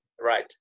right